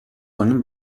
کنیم